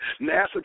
NASA